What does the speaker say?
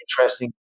interesting